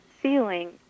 feeling